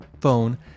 phone